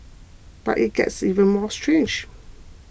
but it gets even more strange